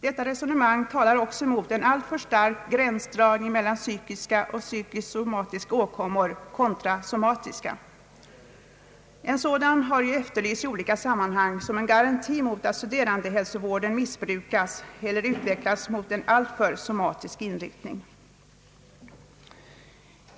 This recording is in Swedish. Detta resonemang talar också emot en ailtför strikt gränsdragning mellan psykiska och psykosomatiska åkommor contra somatiska. En sådan har efterlysts i olika sammanhang som en garanti mot att studerandehälsovården missbrukas eller utvecklas mot en alltför somatisk inriktning.